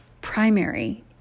primary